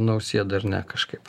nausėdai ar ne kažkaip